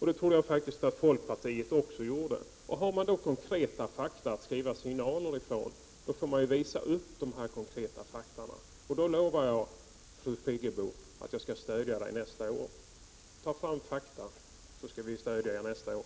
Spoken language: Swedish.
Det trodde jag faktiskt att folkpartiet också gjorde. Om folkpartiet har konkreta fakta som man skriver motioner utifrån får man lov att visa upp dessa fakta. Då lovar jag, fru Friggebo, att jag skall stödja folkpartiet nästa år. Ta fram konkreta fakta, så skall vi stödja er nästa år.